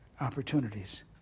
opportunities